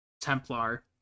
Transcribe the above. Templar